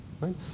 right